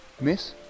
Miss